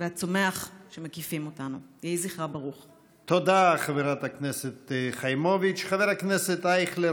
אני זוכרת שבפוסט שהעלתה המליצה